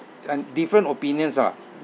and different opinions ah